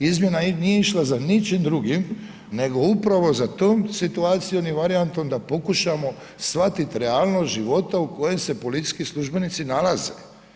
Izmjena nije išla za ničim drugim nego upravo za tom situacijom i varijantom da pokušamo shvatiti realnost života u kojoj se policijski službenici nalaze.